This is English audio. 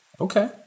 Okay